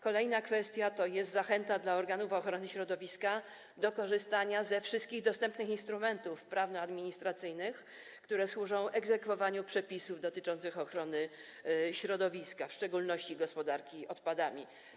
Kolejna kwestia to jest zachęta dla organów ochrony środowiska do korzystania ze wszystkich dostępnych instrumentów prawnoadministracyjnych, które służą egzekwowaniu przepisów dotyczących ochrony środowiska, w szczególności gospodarki odpadami.